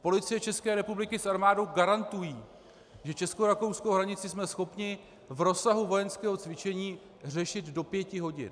Policie České republiky s armádou garantují, že českorakouskou hranici jsme schopni v rozsahu vojenského cvičení řešit do pěti hodin.